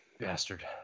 bastard